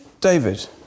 David